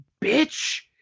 bitch